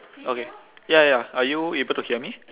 okay ya ya are you able to hear me